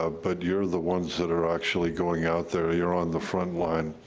ah but you're the ones that are actually going out there, you're on the front line,